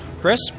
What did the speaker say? Chris